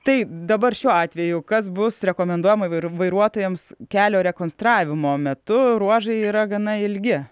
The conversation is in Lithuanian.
tai dabar šiuo atveju kas bus rekomenduojama vairuo vairuotojams kelio rekonstravimo metu ruožai yra gana ilgi